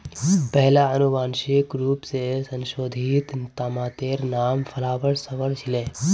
पहिला अनुवांशिक रूप स संशोधित तमातेर नाम फ्लावर सवर छीले